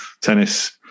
Tennis